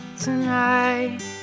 Tonight